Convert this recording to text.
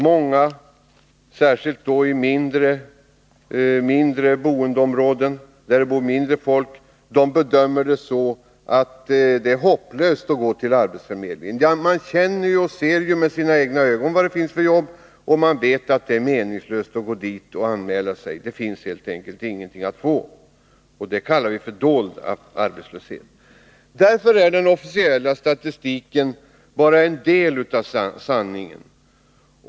Många, särskilt i mindre boendeområden där det inte bor så mycket folk, bedömer det så att det är hopplöst att gå till arbetsförmedlingen. Man känner och ser med egna ögon vad det finns för jobb och vet att det är meningslöst att gå dit och anmäla sig — det finns helt enkelt inga jobb att få. Detta kallar vi dold arbetslöshet. Därför är den officiella statistiken bara en del av sanningen.